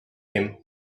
him